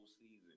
season